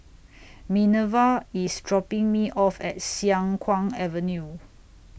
Minerva IS dropping Me off At Siang Kuang Avenue